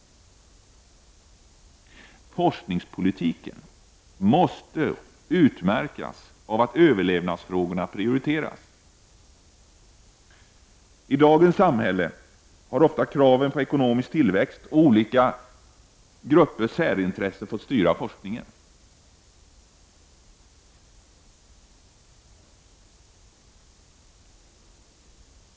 Forskningspolitiken måste utmärkas av att överlevnadsfrågorna prioriteras. I dagens samhälle har ofta kraven på ekonomisk tillväxt och olika gruppers särintressen fått styra forskningen.